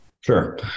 Sure